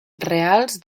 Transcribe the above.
reals